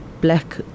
black